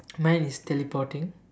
mine is teleporting